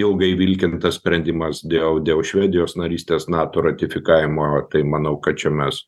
ilgai vilkintas sprendimas dėl dėl švedijos narystės nato ratifikavimo tai manau kad čia mes